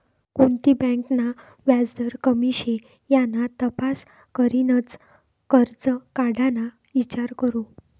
कोणती बँक ना व्याजदर कमी शे याना तपास करीनच करजं काढाना ईचार करो